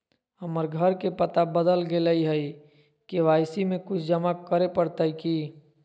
हमर घर के पता बदल गेलई हई, के.वाई.सी में कुछ जमा करे पड़तई की?